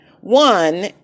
one